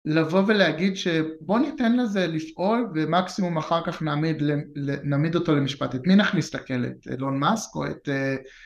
לבוא ולהגיד שבוא ניתן לזה לפעול ומקסימום אחר כך נעמיד אותו למשפט את מי נכניס לכלא? את אלון מאסק או את